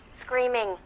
Screaming